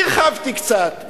והרחבתי קצת,